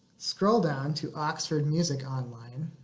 scroll down to oxford music online